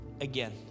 again